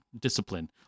discipline